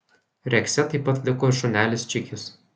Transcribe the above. rekse taip pat liko ir šunelis čikis